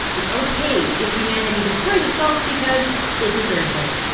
it's okay if humanity destroys itself because it deserves it.